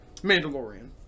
Mandalorian